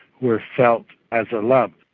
were felt as a lump.